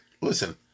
listen